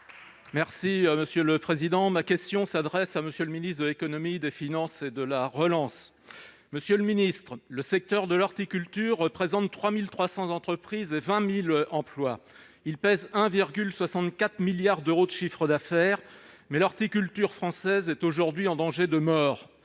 Les Républicains. Ma question s'adresse à M. le ministre de l'économie, des finances et de la relance. Monsieur le ministre, le secteur de l'horticulture représente 3 300 entreprises et 20 000 emplois. Il pèse 1,64 milliard d'euros de chiffres d'affaires, mais l'horticulture française est aujourd'hui en danger de mort.